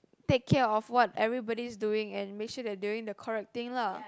take care of what everybody is doing and make sure they doing the correct thing lah